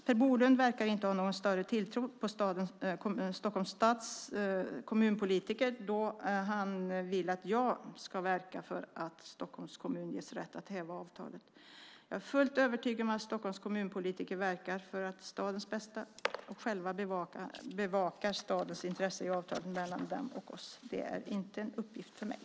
Per Bolund verkar inte ha någon större tilltro till Stockholms stads kommunpolitiker då han vill att jag ska verka för att Stockholms kommun ges rätt att häva avtalet. Jag är fullt övertygad om Stockholms kommunpolitiker verkar för stadens bästa och själva bevakar stadens intressen i avtalet mellan dem och oss. Det är inte en uppgift för mig.